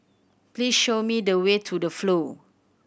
please show me the way to The Flow